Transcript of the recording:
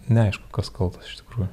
neaišku kas kaltas iš tikrųjų